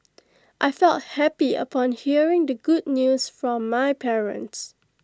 I felt happy upon hearing the good news from my parents